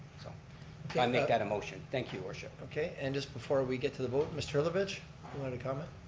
so i make that a motion, thank you your worship. okay and just before we get to the vote, mr. levkovich you wanted to comment?